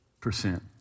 percent